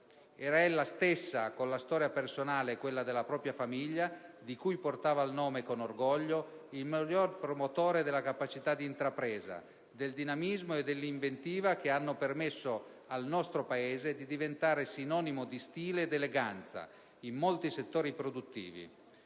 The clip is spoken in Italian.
Era ella stessa, con la storia personale e quella della propria famiglia, di cui portava il nome con orgoglio, il miglior promotore della capacità d'intrapresa, del dinamismo e dell'inventiva che hanno permesso al nostro Paese di diventare sinonimo di stile ed eleganza in molti settori produttivi: